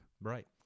Right